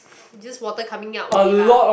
just water coming out only lah